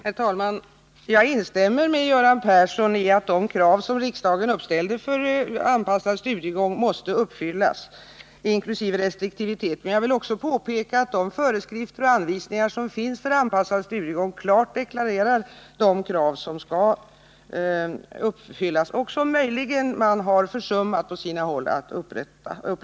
Herr talman! Jag håller med Göran Persson om att de krav som riksdagen har uppställt för anpassad studiegång måste uppfyllas — inkl. restriktiviteten. Jag vill också påpeka att det i de föreskrifter och anvisningar som finns för anpassad studiegång klart deklareras de krav som skall uppfyllas. På sina håll har man möjligen försummat att upprätthålla dessa.